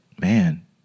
man